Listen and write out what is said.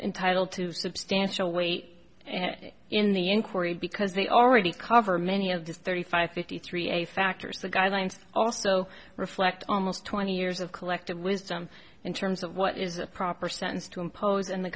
entitled to substantial weight in the inquiry because they already cover many of these thirty five fifty three a factors the guidelines also reflect almost twenty years of collective wisdom in terms of what is a proper sentence to impose and the